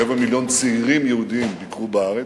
רבע מיליון צעירים יהודים ביקרו בארץ.